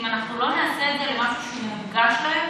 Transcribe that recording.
אם אנחנו לא נעשה את זה למשהו שהוא מונגש להם,